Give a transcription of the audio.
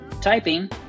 typing